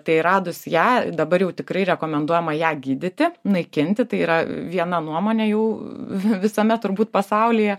tai radus ją dabar jau tikrai rekomenduojama ją gydyti naikinti tai yra viena nuomonė jau visame turbūt pasaulyje